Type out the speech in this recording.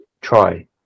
try